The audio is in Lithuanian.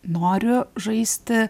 noriu žaisti